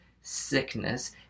sickness